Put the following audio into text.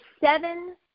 seven